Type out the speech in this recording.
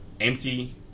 empty